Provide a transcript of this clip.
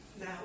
Now